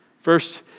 First